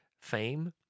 fame